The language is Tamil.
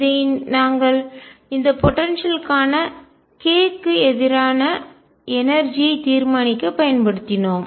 இதை நாங்கள் இந்த போடன்சியல்க்கான ஆற்றல் k க்கு எதிரான எனர்ஜிஆற்றல் ஐ தீர்மானிக்க பயன்படுத்தினோம்